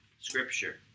Scripture